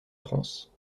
france